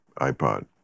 iPod